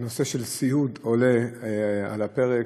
הנושא של סיעוד עולה על הפרק,